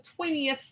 20th